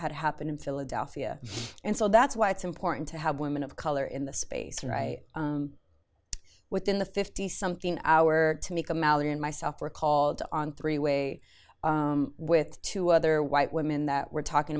had happened in philadelphia and so that's why it's important to have women of color in the space and i within the fifty something hour to make a mallory and myself were called on three way with two other white women that were talking